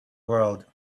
world